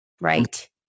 right